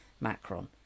Macron